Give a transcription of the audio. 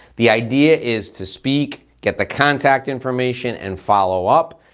the idea is to speak, get the contact information and follow up,